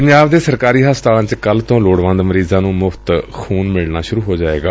ਪੰਜਾਬ ਦੇ ਸਰਕਾਰੀ ਹਸਪਤਾਲਾਂ ਚ ਕੱਲ੍ਹ ਤੋ ਲੋੜਵੰਦ ਮਰੀਜ਼ਾਂ ਨੂੰ ਮੁਫ਼ਤ ਚ ਖੂਨ ਮਿਲਣਾ ਸੁਰੂ ਹੋ ਜਾਏਗਾ